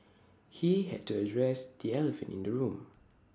he had to address the elephant in the room